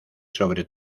sobre